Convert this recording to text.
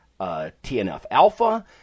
TNF-alpha